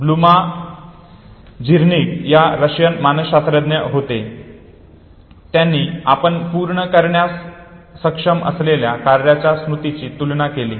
ब्लूमा Zeigarnik एक Russian मानसशास्त्रज्ञ होते ज्यांनी आपण पूर्ण करण्यास सक्षम असलेल्या कार्यांच्या स्मृतीची तुलना केली